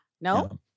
No